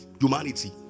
humanity